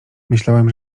myślałem